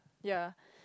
ya